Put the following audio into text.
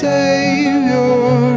Savior